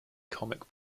comic